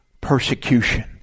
persecution